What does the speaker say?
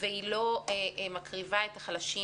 והיא לא מקריבה את החלשים.